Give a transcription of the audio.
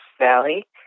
valley